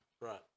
Right